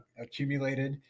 accumulated